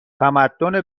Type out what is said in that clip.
تمدن